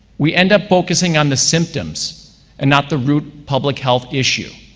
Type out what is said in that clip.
we end up focusing on the symptoms and not the root public health issue.